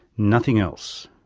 nothing else.